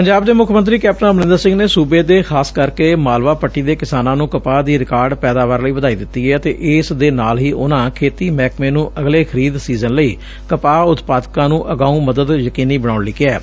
ਪੰਜਾਬ ਦੇ ਮੁੱਖ ਮੰਤਰੀ ਕੈਪਟਨ ਅਮਰੰਦਰ ਸਿੰਘ ਨੇ ਸੁਬੇ ਦੇ ਖ਼ਾਸ ਕਰਕੇ ਮਾਲਵਾ ਪੱਟੀ ਦੇ ਕਿਸਾਨਾਂ ਨੂੰ ਕਪਾਹ ਦੀ ਰਿਕਾਰਡ ਪੈਦਾਵਾਰ ਲਈ ਵਧਾਈ ਦਿੱਤੀ ਏ ਅਤੇ ਇਸ ਦੇ ਨਾਲ ਹੀ ਉਨੂਾਂ ਖੇਤੀ ਮਹਿਕਮੇ ਨੂੰ ਅਗਲੇ ਖਰੀਦ ਸੀਜ਼ਨ ਲਈ ਕਪਾਹ ਉਤਪਾਦਕਾਂ ਨੂੰ ਅਗਾਊਂ ਮਦਦ ਯਕੀਨੀ ਬਣਾਉਣ ਲਈ ਕਿਹੈ